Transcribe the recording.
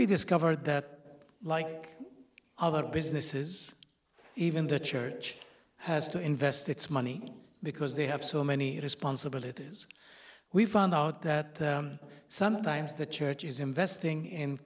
we discover that like other businesses even the church has to invest its money because they have so many responsibilities we found out that sometimes the church is investing in